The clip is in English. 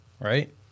right